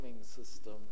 system